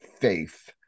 Faith